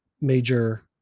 major